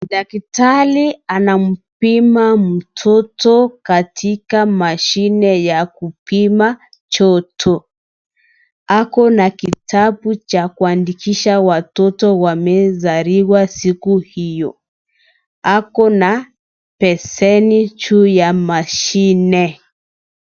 Daktari anampima mtoto katika mashine ya kupima joto. Ako na kitabu cha kuandikisha watoto wamezaliwa siku hiyo. Ako na beseni juu ya mashine.